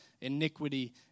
iniquity